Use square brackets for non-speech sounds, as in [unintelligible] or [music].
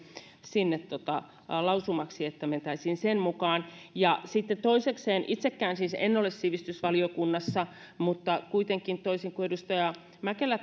sinne lausumaksi että mentäisiin sen mukaan ja sitten toisekseen itsekään siis en ole sivistysvaliokunnassa mutta kuitenkin toisin kuin edustaja mäkelä [unintelligible]